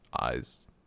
eyes